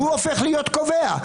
הוא הופך להיות קובע.